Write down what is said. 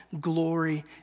glory